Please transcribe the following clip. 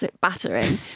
battering